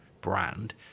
brand